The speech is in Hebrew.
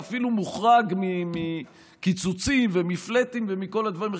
הוא אפילו מוחרג מקיצוצים ומפלאטים ומכל הדברים האחרים,